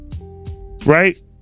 right